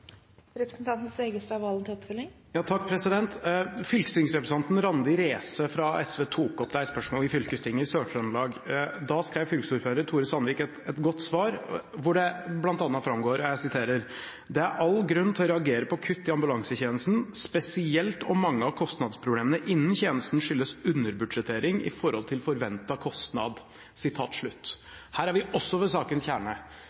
Fylkestingsrepresentanten Randi Reese fra SV tok opp dette spørsmålet i fylkestinget i Sør-Trøndelag. Da skrev fylkesordfører Tore O. Sandvik et godt svar hvor det bl.a. framgår: «Det er all grunn til å reagere på kutt i ambulansetjenesten, spesielt om mange av kostnadsproblemene innen tjenesten skyldes underbudsjettering i forhold til forventet kostnad.» Her er vi også ved sakens kjerne,